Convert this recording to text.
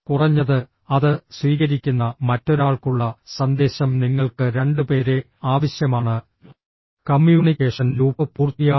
കുറഞ്ഞത് അത് സ്വീകരിക്കുന്ന മറ്റൊരാൾക്കുള്ള സന്ദേശം നിങ്ങൾക്ക് രണ്ട് പേരെ ആവശ്യമാണ് കമ്മ്യൂണിക്കേഷൻ ലൂപ്പ് പൂർത്തിയാക്കണം